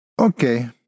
Okay